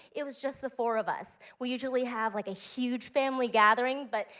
it was just the four of us. we usually have like a huge family gathering but,